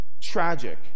tragic